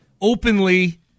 openly